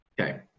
Okay